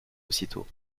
aussitôt